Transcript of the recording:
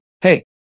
Hey